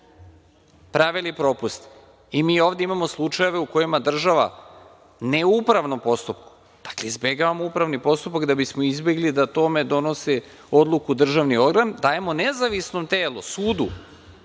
pravili propuste i mi ovde imamo slučajeve u kojima država, ne u upravnom postupku, izbegavamo upravni postupak da bismo izbegli da o tome donose odluku državni organi, dajemo nezavisnom telu, sudu,